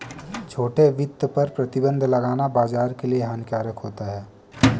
छोटे वित्त पर प्रतिबन्ध लगाना बाज़ार के लिए हानिकारक होता है